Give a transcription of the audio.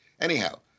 Anyhow